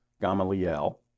Gamaliel